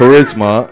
Charisma